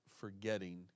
forgetting